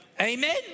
Amen